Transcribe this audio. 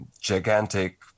gigantic